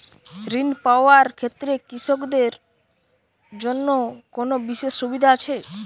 ঋণ পাওয়ার ক্ষেত্রে কৃষকদের জন্য কোনো বিশেষ সুবিধা আছে?